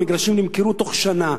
המגרשים נמכרו בתוך שנה.